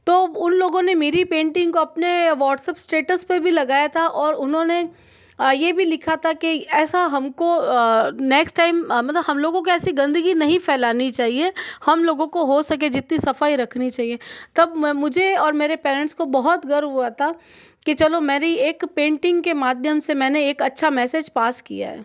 तो उन लोगों ने मेरी पेंटिंग को अपने व्हाट्सएप स्टेटस पर भी लगाया था और उन्होंने यह भी लिखा था कि ऐसा हमको नेक्स्ट टाइम मतलब हम लोगों को ऐसी गंदगी नहीं फैलानी चाहिए हम लोगों को हो सके जितनी सफाई रखनी चाहिए तब मैं मुझे और मेरे पेरेंट्स को बहुत गर्व हुआ था कि चलो मेरी एक पेंटिंग के माध्यम से मैंने एक अच्छा मैसेज पास किया है